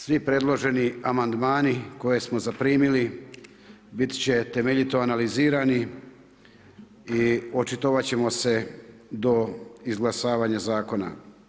Svi predloženi amandmani koje smo zaprimili biti će temeljito analizirani i očitovati ćemo se do izglasavanja zakona.